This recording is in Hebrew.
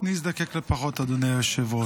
אני אזדקק לפחות, אדוני היושב-ראש.